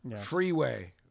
Freeway